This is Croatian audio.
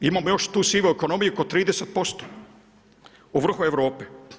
Imamo još tu sivu ekonomiju oko 30%. u vrhu Europe.